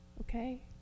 Okay